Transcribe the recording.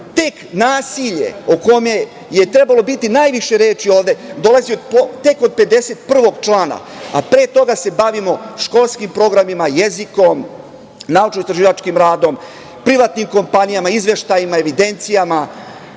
tek nasilje o kojem je trebalo biti najviše reči ovde, dolazi tek od 51. člana, a pre toga se bavimo školski programima, jezikom, naučno istraživačkim radom, privatnim kompanijama, izveštajima, evidencijama,